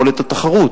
יכולת התחרות,